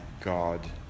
God